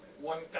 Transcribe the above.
One